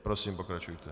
Prosím, pokračujte.